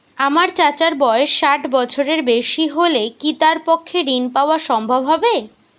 আমার চাচার বয়স ষাট বছরের বেশি হলে কি তার পক্ষে ঋণ পাওয়া সম্ভব হবে?